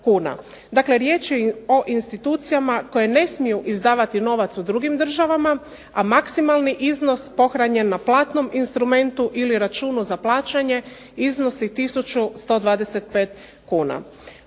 Dakle, riječ je o institucijama koje ne smiju izdavati novac u drugim državama a maksimalni iznos pohranjen na platnom instrumentu ili računu za plaćanje iznosi 1125 kuna.